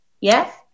Yes